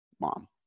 mom